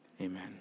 amen